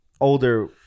Older